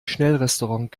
schnellrestaurant